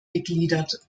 gegliedert